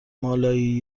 مالایی